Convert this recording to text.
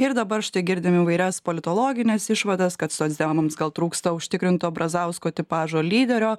ir dabar štai girdim įvairias politologines išvadas kad socdemams gal trūksta užtikrinto brazausko tipažo lyderio